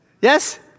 Yes